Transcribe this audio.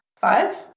Five